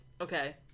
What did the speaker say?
Okay